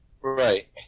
Right